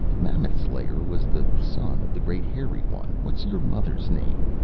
mammoth-slayer was the son of the great hairy one. what's your mother's name?